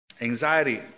Anxiety